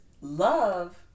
love